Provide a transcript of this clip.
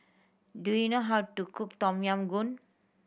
do you know how to cook Tom Yam Goong